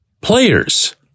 Players